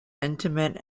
intimate